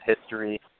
history